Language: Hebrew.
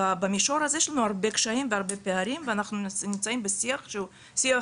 במישור הזה יש לנו הרבה קשיים והרבה פערים ואנחנו נמצאים בשיח שהוא שיח,